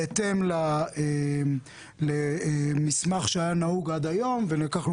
בהתאם למסמך היה נהוג עד היום ולקחנו